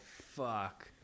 fuck